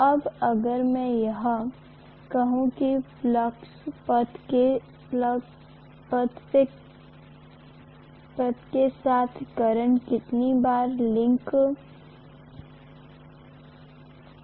अब अगर मैं यह कहू कि फ्लक्स पथ के साथ करंट कितनी बार लिंक किया जा रहा है